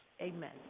Amen